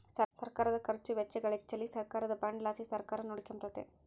ಸರ್ಕಾರುದ ಖರ್ಚು ವೆಚ್ಚಗಳಿಚ್ಚೆಲಿ ಸರ್ಕಾರದ ಬಾಂಡ್ ಲಾಸಿ ಸರ್ಕಾರ ನೋಡಿಕೆಂಬಕತ್ತತೆ